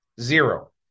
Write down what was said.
Zero